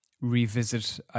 revisit